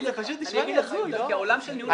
גם נכון.